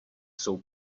jsou